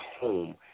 home